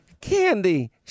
Candy